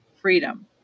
freedom